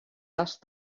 asked